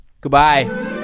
Goodbye